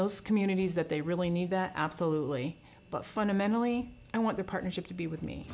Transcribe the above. those communities that they really need that absolutely but fundamentally i want the partnership to be with me